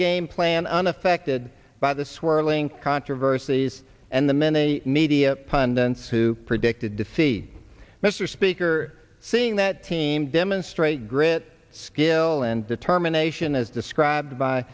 game plan unaffected by the swirling controversies and the many media pundits who predicted to see mr speaker seeing that team demonstrate grit skill and determination as described by